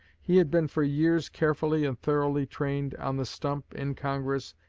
he had been for years carefully and thoroughly trained on the stump, in congress,